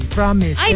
promise